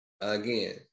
again